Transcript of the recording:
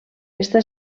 està